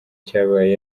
cyabaye